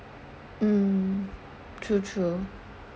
um true true